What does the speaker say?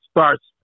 starts